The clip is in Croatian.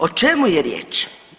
O čemu je riječ?